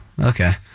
Okay